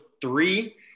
three